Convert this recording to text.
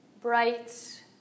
bright